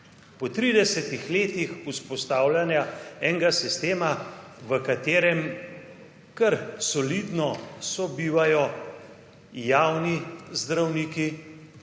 letih vzpostavljanja enega sistema, v katerem kar solidno sobivajo javni zdravniki,